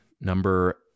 Number